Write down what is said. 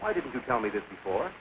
why didn't you tell me this before